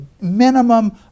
minimum